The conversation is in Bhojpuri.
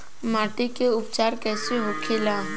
माटी के उपचार कैसे होखे ला?